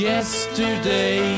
Yesterday